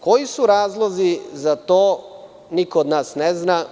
Koji su razlozi za to, niko od nas ne zna.